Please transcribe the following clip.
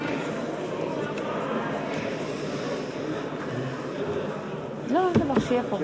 חברי הכנסת, נא לשבת.